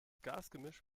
gasgemisch